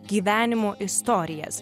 gyvenimo istorijas